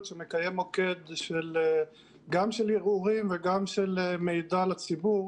שמקיים מוקד גם של ערעורים וגם של מידע לציבור.